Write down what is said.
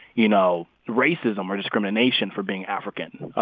you know, racism or discrimination for being african.